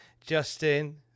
Justin